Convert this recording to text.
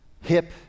hip